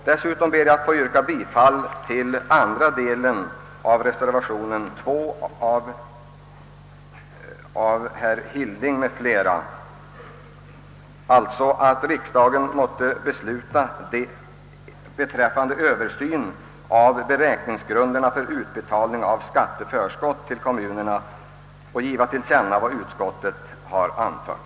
Dessutom ber jag att få yrka bifall till andra delen av reservation 2, av herr Hilding m.fl., att riksdagen måtte 1 skrivelse till Kungl. Maj:t anhålla om översyn av beräkningsgrunderna för utbetalning av skatteförskott till kommunerna och giva till känna vad utskottet anfört.